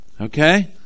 okay